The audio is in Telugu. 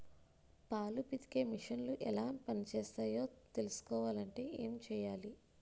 పాలు పితికే మిసన్లు ఎలా పనిచేస్తాయో తెలుసుకోవాలంటే ఏం చెయ్యాలి?